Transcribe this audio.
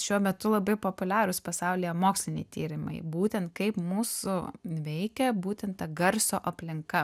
šiuo metu labai populiarūs pasaulyje moksliniai tyrimai būtent kaip mūsų veikia būtent ta garso aplinka